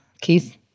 Keith